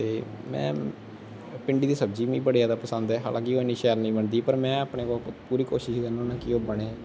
ते में भिंडी दी सब्जी मीं बड़ी जादा पसंद ऐ हालांकि ओह् इन्नी शैल निं बनदी पर में अपने कोलो पूरी कोशिश करना होन्ना कि ओह् बनै